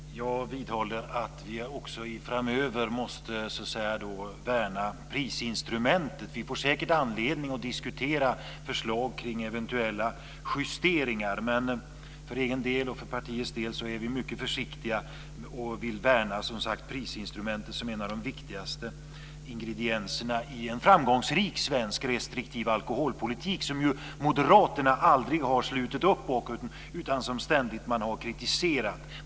Fru talman! Jag vidhåller att vi också framöver måste värna prisinstrumentet. Vi får säkert anledning att diskutera förslag kring eventuella justeringar. Men för egen del, och för partiets del, är vi mycket försiktiga och vill som sagt värna prisinstrumentet som en av de viktigaste ingredienserna i en framgångsrik svensk, restriktiv alkoholpolitik. Den har ju Moderaterna aldrig slutit upp bakom utan ständigt kritiserat.